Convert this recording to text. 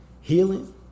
healing